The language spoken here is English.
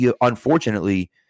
Unfortunately